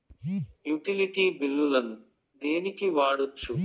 Utility బిల్లులను దేనికి వాడొచ్చు?